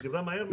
היא דיברה מהר.